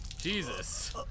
Jesus